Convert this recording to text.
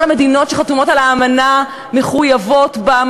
כל המדינות שחתומות על האמנה מחויבות בה,